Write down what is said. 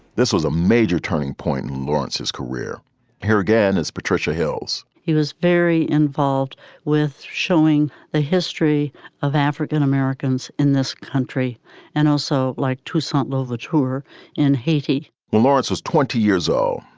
this was a major turning point. lawrence's career here again is patricia hills he was very involved with showing the history of african-americans in this country and also like to sort the tour in haiti lawrence was twenty years old.